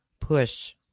push